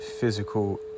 physical